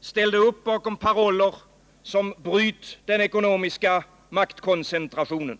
ställde upp bakom paroller som ”Bryt den ekonomiska maktkoncentrationen”.